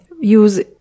use